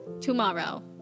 tomorrow